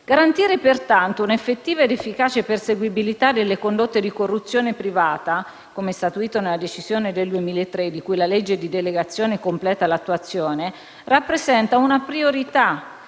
Garantire, pertanto, una effettiva ed efficace perseguibilità delle condotte di corruzione privata, come statuito nella decisione del 2003 di cui la legge di delegazione completa l'attuazione, rappresenta una priorità,